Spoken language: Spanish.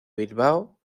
bilbao